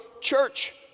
church